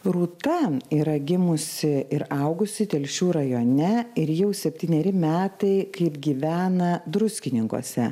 rūta yra gimusi ir augusi telšių rajone ir jau septyneri metai kaip gyvena druskininkuose